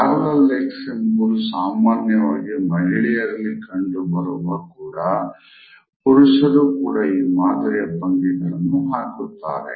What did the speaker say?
parallel legs ಎಂಬುದು ಸಾಮಾನ್ಯವಾಗಿ ಮಹಿಳೆಯರಲ್ಲಿ ಕಂಡು ಬರುವ ಕೂಡ ಪುರುಷರೂ ಕೂಡ ಈ ಮಾದರಿಯ ಭಂಗಿಗಳನ್ನು ಹಾಕುತ್ತಾರೆ